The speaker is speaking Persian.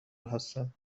هستند